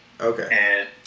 Okay